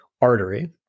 artery